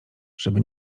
żeby